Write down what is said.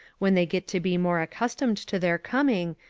when they get to be more accustomed to their coming,